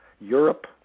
Europe